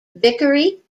vickery